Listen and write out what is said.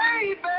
baby